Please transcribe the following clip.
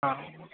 हा